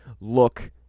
look